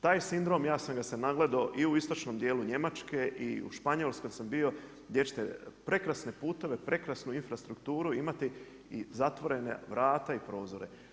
Taj sindrom, ja sam ga se nagledao i u istočnom dijelu Njemačke i u Španjolskoj jer sam bio gdje ćete prekrasne puteve, prekrasnu infrastrukturu imati i zatvorena vrata i prozore.